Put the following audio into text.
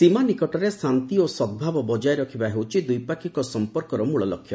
ସୀମା ନିକଟରେ ଶାନ୍ତି ଓ ସଦ୍ଭାବ ବଜାୟ ରଖିବା ହେଉଛି ଦ୍ୱିପାକ୍ଷିକ ସମ୍ପର୍କର ମୂଳଲକ୍ଷ୍ୟ